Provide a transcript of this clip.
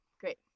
great